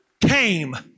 came